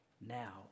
now